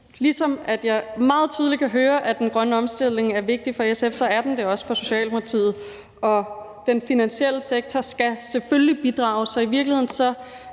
ligesom jeg meget tydeligt kan høre, at den grønne omstilling er vigtig for SF, er den det også for Socialdemokratiet, og den finansielle sektor skal selvfølgelig bidrage. Så i virkeligheden